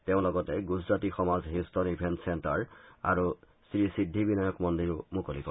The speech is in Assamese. তেওঁ লগতে গুজৰাটী সমাজ হউষ্টন ইভেণ্ট চেণ্টাৰ আৰু শ্ৰী সিদ্ধি বিনায়ক মন্দিৰো মুকলি কৰে